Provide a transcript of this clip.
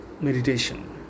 meditation